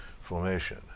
formation